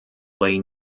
lay